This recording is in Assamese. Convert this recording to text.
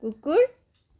কুকুৰ